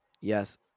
Yes